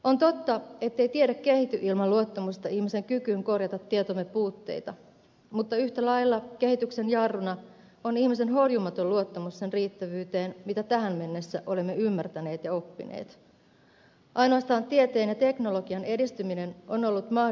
on totta ettei tiede kehity ilman luottamusta ihmisen kykyyn korjata tietomme puutteita mutta yhtä lailla kehityksen jarruna on ihmisen horjumaton luottamus sen riittävyyteen mitä tähän mennessä olemme ymmärtäneet ja oppineet